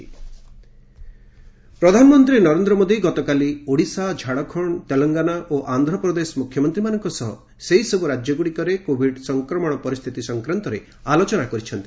PM CM ପ୍ରଧାନମନ୍ତ୍ରୀ ନରେନ୍ଦ୍ର ମୋଦୀ ଗତକାଲି ଓଡିଶା ଝାଡଖଣ୍ଡ ତେଲଙ୍ଗାନା ଓ ଆନ୍ଧ୍ରପ୍ରଦେଶ ମୁଖ୍ୟମନ୍ତ୍ରୀମାନଙ୍କ ସହ ସେହିସବୁ ରାଜ୍ୟଗୁଡିକରେ କୋଭିଡ ସଂକ୍ରମଣ ପରିସ୍ଥିତି ସଂକ୍ରାନ୍ତରେ ଆଲୋଚନା କରିଛନ୍ତି